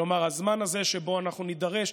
כלומר, הזמן הזה שבו אנחנו נידרש,